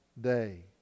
day